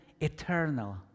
eternal